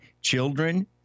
children